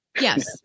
Yes